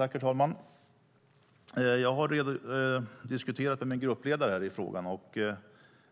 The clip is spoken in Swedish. Herr talman! Jag har diskuterat den här frågan med gruppledare. Och i